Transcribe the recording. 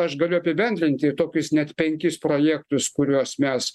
aš galiu apibendrinti tokius net penkis projektus kuriuos mes